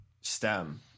stem